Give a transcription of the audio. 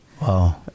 Wow